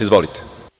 Izvolite.